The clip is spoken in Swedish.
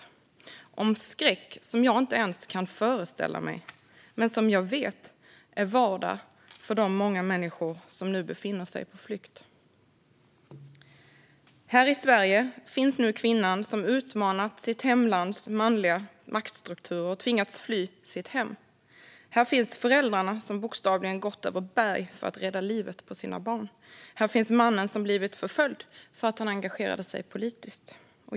Det är en skräck som jag inte ens kan föreställa mig men som jag vet är vardag för de många människor som nu befinner sig på flykt. Här i Sverige finns nu kvinnan som utmanat sitt hemlands manliga maktstrukturer och tvingats fly sitt hem. Här finns föräldrarna som bokstavligen gått över berg för att rädda livet på sina barn. Här finns mannen som blivit förföljd för att han engagerade sig politiskt.